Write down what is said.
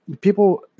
people